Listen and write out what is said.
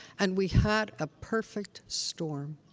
and we had a perfect storm.